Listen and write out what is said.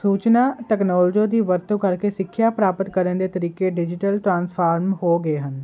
ਸੂਚਨਾ ਤਕਨੋਲੋਜੀ ਦੀ ਵਰਤੋਂ ਕਰਕੇ ਸਿੱਖਿਆ ਪ੍ਰਾਪਤ ਕਰਨ ਦੇ ਤਰੀਕੇ ਡਿਜੀਟਲ ਟ੍ਰਾਂਸਫਾਰਮ ਹੋ ਗਏ ਹਨ